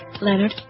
Leonard